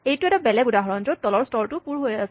এইটো এটা বেলেগ উদাহৰণ য'ত তলৰ স্তৰটো পুৰা হৈ আছে